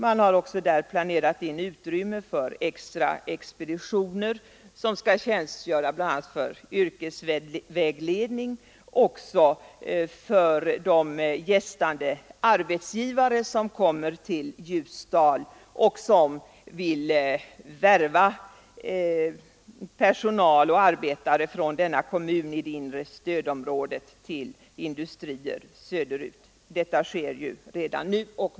Man har där också planerat in utrymme för extra expeditioner, bl.a, för yrkesvägledning, och även för de gästande arbetsgivare som kommer till Ljusdal för att värva personal och arbetare från denna kommun i det inre stödområdet till industrier söderut. Detta sker ju redan nu.